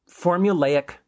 formulaic